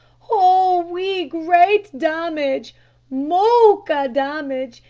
oh! oui, great damage moche damage,